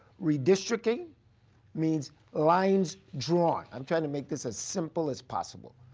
redistricting means lines drawn. i'm trying to make this as simple as possible.